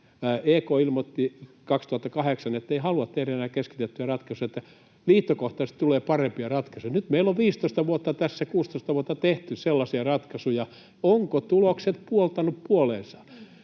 EK ilmoitti, ettei halua tehdä enää keskitettyjä ratkaisuja, että liittokohtaisesti tulee parempia ratkaisuja. Nyt meillä on 15—16 vuotta tehty sellaisia ratkaisuja. Ovatko tulokset puoltaneet